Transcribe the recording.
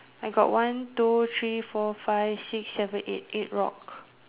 I got one two three four five six seven eight eight rock